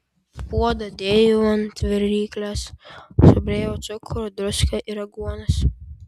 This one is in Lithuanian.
puodą dėjau ant viryklės subėriau cukrų druską ir aguonas